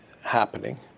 happening